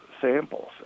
samples